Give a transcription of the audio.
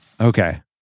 Okay